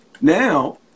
now